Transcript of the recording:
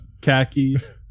khakis